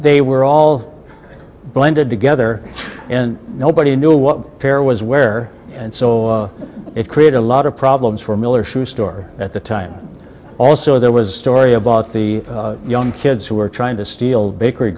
they were all blended together and nobody knew what fair was where and so it created a lot of problems for miller shoe store at the time also there was doria bought the young kids who were trying to steal bakery